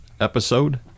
episode